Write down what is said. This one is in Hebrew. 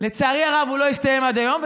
לצערי הרב הוא לא הסתיים עד היום,